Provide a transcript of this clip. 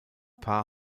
paar